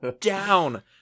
down